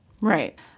Right